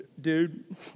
dude